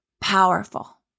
powerful